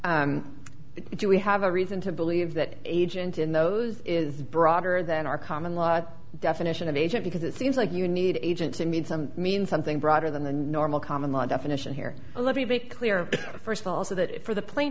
now do we have a reason to believe that agent in those is broader than our common law definition of agent because it seems like you need agent to mean some means something broader than the normal common law definition here let me be clear first of all so that for the pla